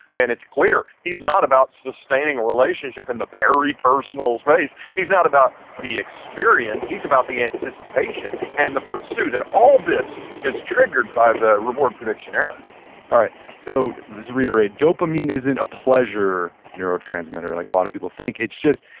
and it's clear he's not about sustaining a relationship in the peripersonal space. he's not about the experience. he's about the anticipation and the pursuit. and all of this is triggered by the reward prediction error all right. so, let's reiterate dopamine isn't a pleasure neurotransmitter, like a lot of people think. it's just,